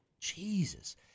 Jesus